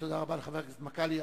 תודה רבה לחבר הכנסת מגלי.